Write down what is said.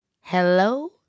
hello